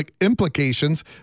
implications